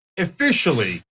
officially,